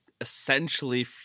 essentially